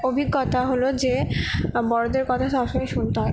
অভিজ্ঞতা হলো যে বড়োদের কথা সব সময় শুনতে হয়